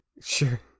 Sure